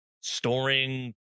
storing